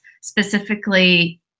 specifically